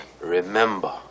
Remember